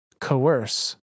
Coerce